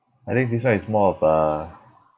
I think this one is more of a